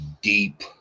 deep